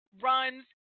runs